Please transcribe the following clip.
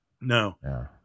No